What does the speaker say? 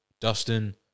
dustin